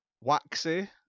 waxy